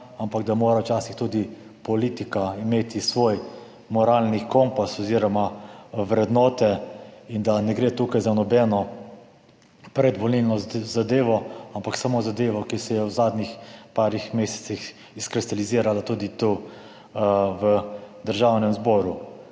ampak da mora včasih tudi politika imeti svoj moralni kompas oziroma vrednote in da ne gre tukaj za nobeno predvolilno zadevo, ampak samo zadevo, ki se je v zadnjih par mesecih izkristalizirala tudi tu v Državnem zboru.